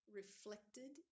reflected